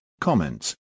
comments